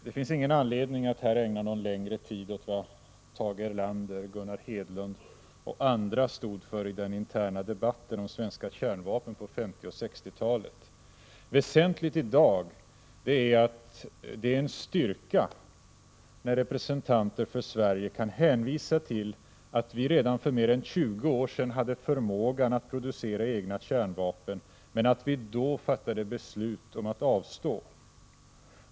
Det finns ingen anledning att här ägna någon längre tid åt vad Tage Erlander, Gunnar Hedlund och andra stod för i den interna debatten om svenska kärnvapen på 1950 och 1960-talet. Väsentligt i dag är att notera att det är en styrka när representanter för Sverige kan hänvisa till att vi redan för mer än 20 år sedan hade förmågan att producera egna kärnvapen, men att vi då fattade beslut om att avstå.